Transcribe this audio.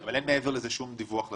אבל אין מעבר לזה שום דיווח לציבור.